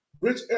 Rich